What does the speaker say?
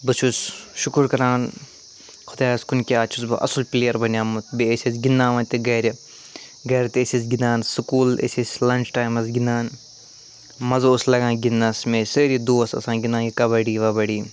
بہٕ چھُس شُکر کران خۄدایَس کُن کہِ آز چھُس بہٕ اصٕل پٕلیر بنیٛامُت بیٚیہِ ٲسۍ اسہِ گِنٛدناوان تہِ گھرِ گھرِ تہِ ٲسۍ أسۍ گِنٛدان سُکوٗل ٲسۍ أسۍ لَنچ ٹایِمَس گِنٛدان مَزٕ اوس لَگان گِنٛدنَس مےٚ ٲسۍ سٲری دۄس آسان گِنٛدان یہِ کَبَڈی وَبَڈی